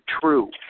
true